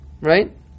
right